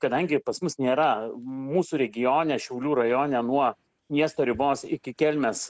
kadangi pas mus nėra mūsų regione šiaulių rajone nuo miesto ribos iki kelmės